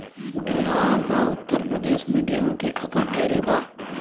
बिहार आ उत्तर प्रदेश मे गेंहू के खपत ढेरे बा